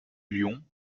lyon